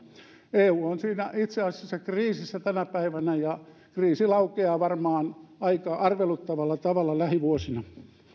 eu on siinä itse asiassa kriisissä tänä päivänä ja kriisi laukeaa varmaan aika arveluttavalla tavalla lähivuosina